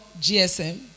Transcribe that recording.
GSM